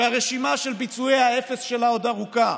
שהרשימה של ביצועי האפס שלה עוד ארוכה,